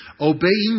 Obeying